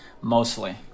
Mostly